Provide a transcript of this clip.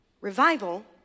Revival